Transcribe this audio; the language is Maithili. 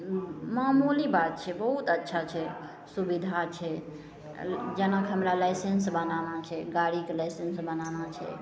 ओ मामूली बात छिए बहुत अच्छा छै सुविधा छै अँ जेना हमरा लाइसेन्स बनाना छै गाड़ीके लाइसेन्स बनाना छै